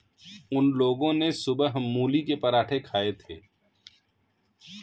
उन लोगो ने सुबह मूली के पराठे खाए थे